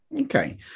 Okay